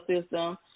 system